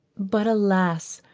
but alas!